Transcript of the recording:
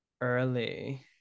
early